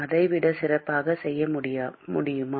அதை விட சிறப்பாக செய்ய முடியுமா